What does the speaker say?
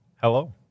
Hello